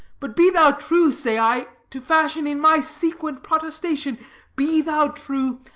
but be thou true say i to fashion in my sequent protestation be thou true,